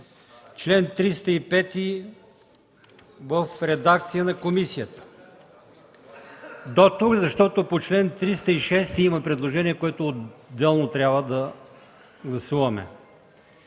чл. 305 в редакцията на комисията. До тук, защото по чл. 306 има предложение, което отделно трябва да гласуваме.